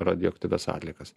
radioaktyvias atliekas